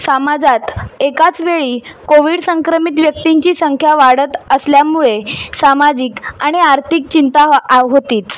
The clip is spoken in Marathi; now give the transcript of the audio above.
सामाजात एकाच वेळी कोविड संक्रमित व्यक्तींची संख्या वाढत असल्यामुळे सामाजिक आणि आर्थिक चिंता आ आ होतीच